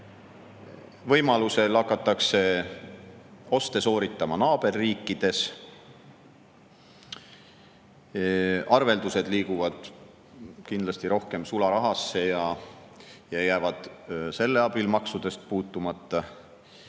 võimalusel hakatakse oste sooritama naaberriikides, arveldusi [tehakse] kindlasti rohkem sularahas ja need jäävad selle abil maksudest puutumata.